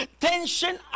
Tension